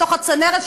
בתוך הצנרת,